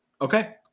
Okay